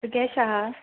तु केशे आहा